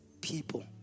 people